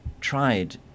tried